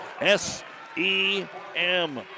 S-E-M